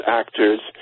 actors